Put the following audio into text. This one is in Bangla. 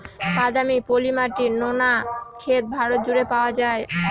বাদামি, পলি মাটি, নোনা ক্ষেত ভারত জুড়ে পাওয়া যায়